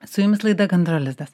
su jumis laida gandro lizdas